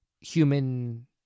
human